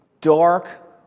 dark